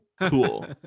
cool